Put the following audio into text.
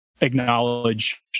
acknowledge